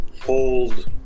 hold